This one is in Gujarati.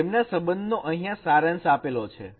અને તેમના સંબંધ નો અહીંયા સારાંશ આપેલો છે